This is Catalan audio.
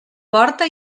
porta